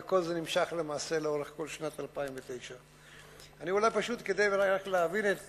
וכל זה נמשך למעשה לאורך כל שנת 2009. פשוט כדי להבין את